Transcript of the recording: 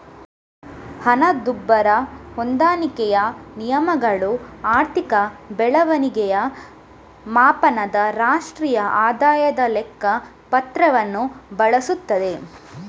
ಹಣದುಬ್ಬರ ಹೊಂದಾಣಿಕೆಯ ನಿಯಮಗಳು ಆರ್ಥಿಕ ಬೆಳವಣಿಗೆಯ ಮಾಪನದ ರಾಷ್ಟ್ರೀಯ ಆದಾಯದ ಲೆಕ್ಕ ಪತ್ರವನ್ನು ಬಳಸುತ್ತದೆ